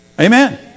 Amen